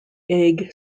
egg